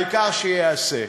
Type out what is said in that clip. העיקר שייעשה.